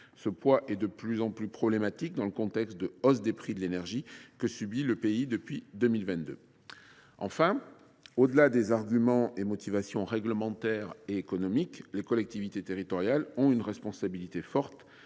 Ce poids est de plus en plus problématique dans le contexte de hausse des prix de l’énergie que subit le pays depuis 2022. Enfin, au delà des arguments et motivations réglementaires et économiques, les collectivités territoriales ont une responsabilité forte